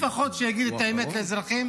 לפחות שיגיד את האמת לאזרחים